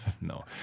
No